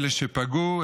אלה שפגעו,